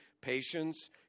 patience